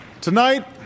tonight